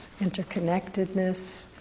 interconnectedness